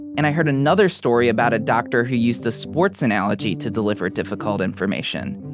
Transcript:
and i heard another story about a doctor who used the sports analogy to deliver difficult information,